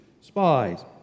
spies